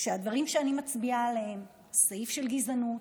הדברים שאני מצביעה עליהם, סעיף של גזענות,